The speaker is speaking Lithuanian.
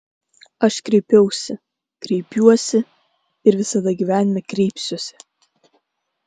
aš kreipiausi kreipiuosi ir visada gyvenime kreipsiuosi